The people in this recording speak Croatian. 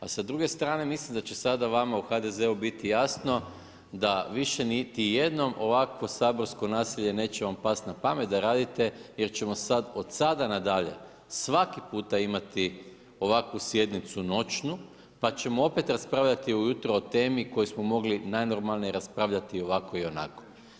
A sa druge strane mislim da će sada vama u HDZ-u biti jasno da više niti jednom ovakvo saborsko nasilje neće vam pasti na pamet da radite jer ćemo od sada na dalje svaki puta imati ovakvu sjednicu noćnu, pa ćemo opet raspravljati ujutro o temi o kojoj smo mogli najnormalnije raspravljati ovako i onako.